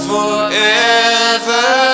Forever